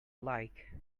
like